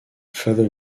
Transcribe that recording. further